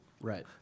Right